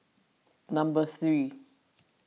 number three